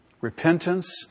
Repentance